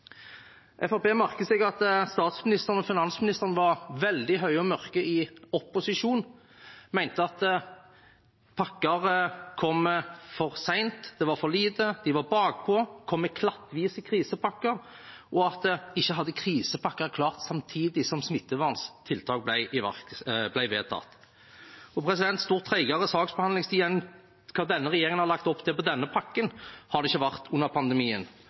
merker seg at statsministeren og finansministeren var veldig høye og mørke i opposisjon og mente at pakkene kom for sent, det var for lite, man var bakpå, kom med klattvise krisepakker, og at krisepakkene ikke var klar samtidig som smitteverntiltak ble vedtatt. Stort tregere saksbehandlingstid enn det denne regjeringen har lagt opp til for denne pakken, har det ikke vært under pandemien.